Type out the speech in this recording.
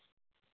ಹಾಂ